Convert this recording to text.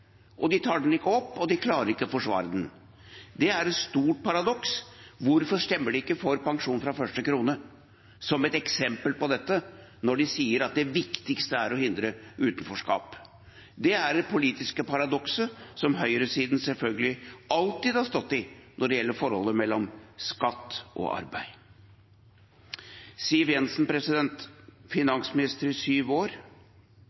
De tar den ikke opp, og de klarer ikke å forsvare den. Det er et stort paradoks. Hvorfor stemmer de ikke for pensjon fra første krone, som et eksempel på dette, når de sier at det viktigste er å hindre utenforskap? Det er det politiske paradokset som høyresiden selvfølgelig alltid har stått i når det gjelder forholdet mellom skatt og arbeid. Siv Jensen, som var finansminister i sju år,